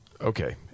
Okay